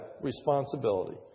responsibility